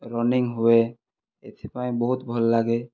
running ହୁଏ ଏଥିପାଇଁ ବହୁତ ଭଲ ଲାଗେ